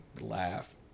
laugh